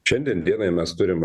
šiandien dienai mes turim